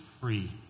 free